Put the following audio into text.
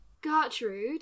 Gertrude